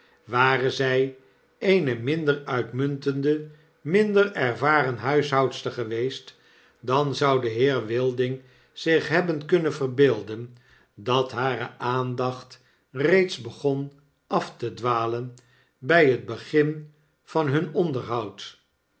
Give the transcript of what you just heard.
ware zy eene minder uitmuntende minder ervaren huishoudster geweest dan zou de heer wilding zich hebben kunnen verbeelden dat hare aandacht reeds begon af te dwalen by het begin van hun onderhoud